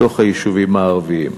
בתוך היישובים הערביים.